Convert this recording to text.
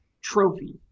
trophy